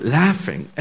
laughing